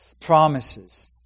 promises